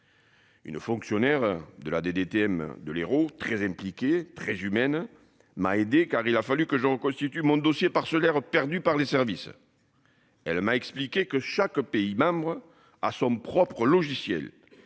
Une fonctionnaire de la DDTM de l'Hérault, très impliqué très humaine m'a aidé car il a fallu que constitue mon dossier par ceux d'air perdu par les services. Elle m'a expliqué que chaque pays membre à son propre logiciel